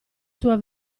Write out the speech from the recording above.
tua